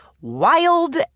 Wild